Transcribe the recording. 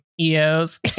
Eos